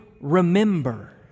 remember